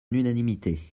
l’unanimité